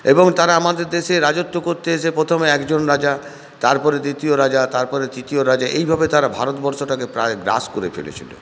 এবং তারা আমাদের দেশে রাজত্ব করতে এসে প্রথমে একজন রাজা তারপরে দ্বিতীয় রাজা তারপরে তৃতীয় রাজা এইভাবে তারা ভারতবর্ষটাকে প্রায় গ্রাস করে ফেলেছিলো